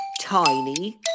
tiny